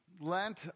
Lent